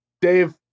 Dave